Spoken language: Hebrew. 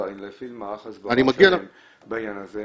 אבל זו נוסחה של ה-NTP והוא סותר את הדבר הזה.